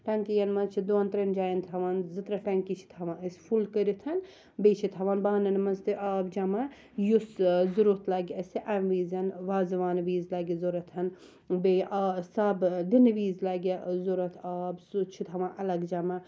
ٹیٚنکیَن مَنٛزچھِ دۄن تریٚن جایَن تھاوان زٕ ترےٚ ٹیٚنکی چھِ تھاوان أسۍ فُل کٔرِتھ بیٚیہِ چھِ تھاوان بانَن مَنٛز تہِ آب جَمَع یُس ضوٚرتھ لَگہِ اَسہِ امہِ وِزن وازوان وِز لَگہِ ضوٚرَتھ بیٚیہِ آ سَب دِنہٕ وِز لَگہٕ ضوٚرتھ آب سُہ چھ تھاوان اَلَگ جَمَع